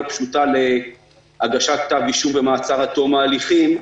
פשוטה להגשת כתב אישום ומעצר עד תום ההליכים,